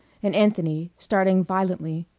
and anthony, starting violently,